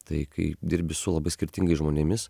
tai kaip dirbi su labai skirtingais žmonėmis